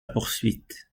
poursuite